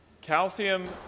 Calcium